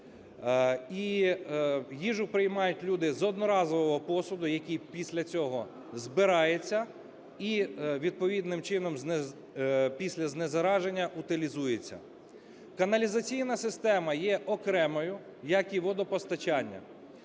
І їжу приймають люди з одноразового посуду, який після цього збирається і відповідним чином після знезараження утилізується. Каналізаційна система є окремою, як і водопостачання.